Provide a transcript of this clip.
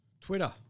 Twitter